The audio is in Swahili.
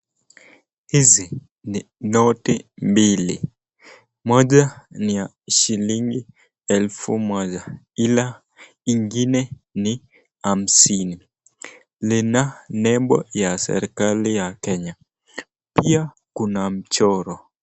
Hizi ni noti mbili. Moja ni ya shilingi elfu moja, ila ingine ni hamsini. Lina nembo ya serikali ya Kenya, pia kuna mchoro.